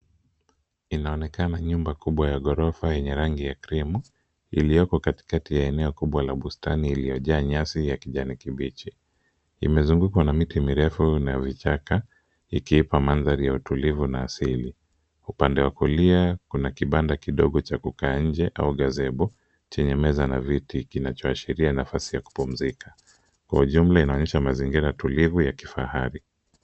Inaonekana nyumba kubwa ya ghorofa yenye rangi ya krimu, ilioko katikati ya eneo kubwa la bustani iliyojaa nyasi ya kijani kibichi. Imezungukwa na miti mirefu na vichaka, ikiipa mandhari ya utulivu na asili. Upande wa kulia kuna kibanda kidogo cha kukaa nje au gazebo chenye meza na viti, kinachoashiria nafasi ya kupumzika. Kwa ujumla inaonyesha mazingira tulivu ya kifahari.